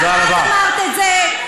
גם את אמרת את זה,